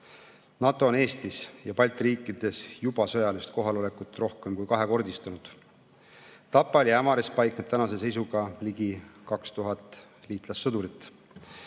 NATO on Eestis ja Balti riikides juba sõjalist kohalolekut rohkem kui kahekordistanud. Tapal ja Ämaris paikneb tänase seisuga ligi 2000 liitlassõdurit.